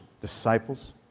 disciples